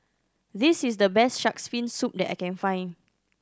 this is the best Shark's Fin Soup that I can find